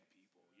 people